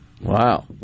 Wow